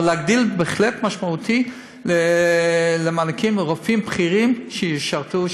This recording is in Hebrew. אבל להגדיל בהחלט משמעותית מענקים לרופאים בכירים שישרתו,